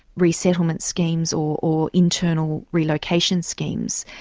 resettlement schemes, or or internal relocation schemes.